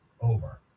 over